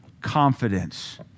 confidence